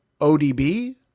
ODB